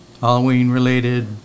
Halloween-related